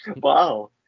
Wow